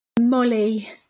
Molly